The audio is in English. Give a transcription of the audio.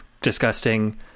disgusting